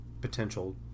potential